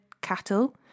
cattle